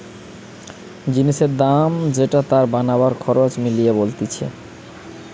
জিনিসের দাম যেটা তার বানাবার খরচ মিলিয়ে বলতিছে